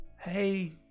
Hey